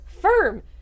firm